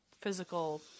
physical